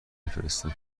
بفرستم